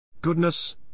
Goodness